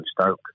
Stoke